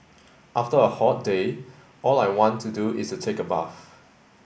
after a hot day all I want to do is take a bath